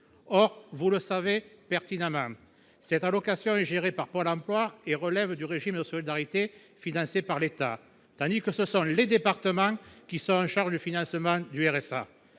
vous le savez pertinemment, cette allocation est gérée par Pôle emploi et relève du régime de solidarité financé par l’État, tandis que ce sont les conseils départementaux qui sont chargés du financement du RSA.